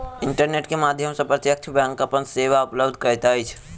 internet के माध्यम सॅ प्रत्यक्ष बैंक अपन सेवा उपलब्ध करैत अछि